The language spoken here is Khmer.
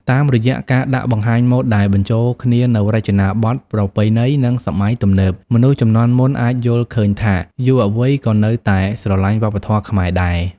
តាមរយៈការដាក់បង្ហាញម៉ូដដែលបញ្ចូលគ្នានូវរចនាបទប្រពៃណី និងសម័យទំនើប មនុស្សជំនាន់មុនអាចយល់ឃើញថាយុវវ័យក៏នៅតែស្រលាញ់វប្បធម៌ខ្មែរដែរ។